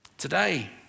Today